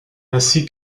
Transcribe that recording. ainsi